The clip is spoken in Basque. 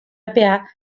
epea